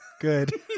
good